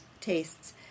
tastes